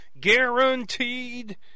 guaranteed